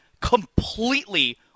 completely